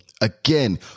again